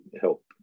help